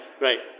right